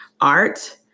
art